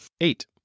Eight